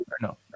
No